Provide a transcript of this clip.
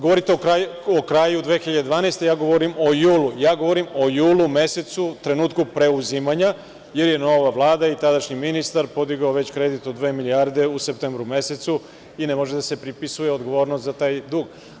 Govorite o kraju 2012. godine, a ja govorim o julu mesecu u trenutku preuzimanja, jer je nova Vlada i tadašnji ministar podigao kredit od dve milijarde u septembru mesecu i ne može da se pripisuje odgovornost za taj dug.